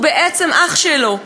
והוא בעצם אח שלו,